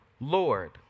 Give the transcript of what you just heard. Lord